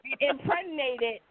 impregnated